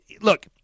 look